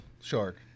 shark